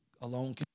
alone